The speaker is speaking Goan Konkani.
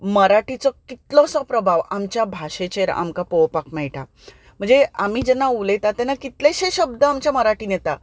मराठीचो कितलोसो प्रभाव आमच्या भाशेचेर आमकां पळोवपाक मेळटा म्हणजे आमी जेन्ना उलयतात तेन्ना कितलेशे शब्द आमचे मराठींत येता